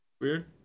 weird